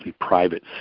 private